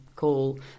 call